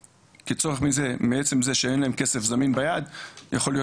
וכצורך מעצם זה שאין להם כסף זמין ביד יכול להיות